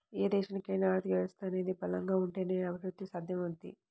ఏ దేశానికైనా ఆర్థిక వ్యవస్థ అనేది బలంగా ఉంటేనే అభిరుద్ధి సాధ్యమవుద్ది